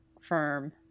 firm